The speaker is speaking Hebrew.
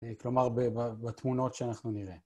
כלומר, בתמונות שאנחנו נראה.